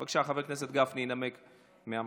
בבקשה, חבר הכנסת גפני ינמק מהמקום.